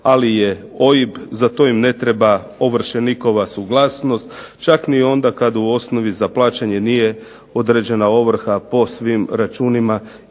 ali je OIB, za to im ne treba ovršenikova suglasnost čak ni onda kad u osnovi za plaćanje nije određena ovrha po svim računima